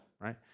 right